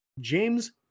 James